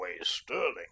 sterling